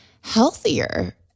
healthier